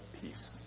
peace